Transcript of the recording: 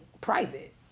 private